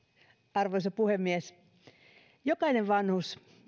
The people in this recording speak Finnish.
arvoisa puhemies jokainen vanhus